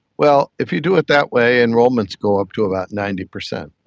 well, if you do it that way, enrolments go up to about ninety percent.